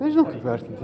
nežinau kaip vertint